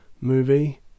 movie